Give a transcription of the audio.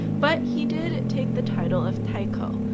but he did take the title of taiko,